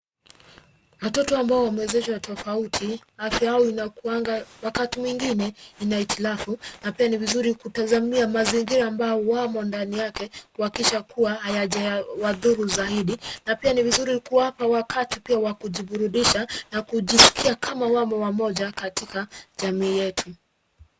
Watoto ambao wameezeshwa tofauti, afya yao inakuanga wakati mwingine ina hitilafu na pia ni vizuri kutazamia mazingira ambayo wamo ndani yake kuhakikisha kuwa hayajawadhuru zaidi na pia ni vizuri kuwapa wakati pia wa kujiburudisha na kujiskia kama wamo wamoja katika jamii yetu.